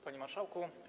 Panie Marszałku!